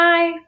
Bye